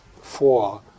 four